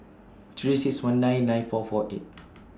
three six one nine nine four four eight